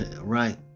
Right